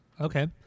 Okay